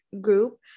group